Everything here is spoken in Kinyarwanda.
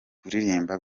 kuririmba